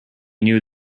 knew